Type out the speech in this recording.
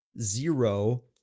zero